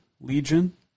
Legion